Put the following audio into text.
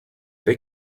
they